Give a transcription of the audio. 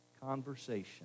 conversation